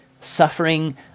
suffering